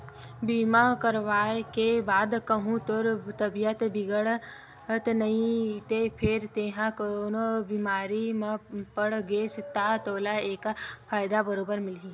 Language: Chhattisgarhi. बीमा करवाय के बाद कहूँ तोर तबीयत बिगड़त नइते फेर तेंहा कोनो बेमारी म पड़ गेस ता तोला ऐकर फायदा बरोबर मिलही